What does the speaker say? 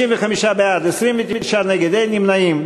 55 בעד, 29 נגד, אין נמנעים.